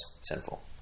sinful